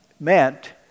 meant